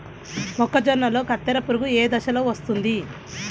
మొక్కజొన్నలో కత్తెర పురుగు ఏ దశలో వస్తుంది?